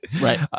Right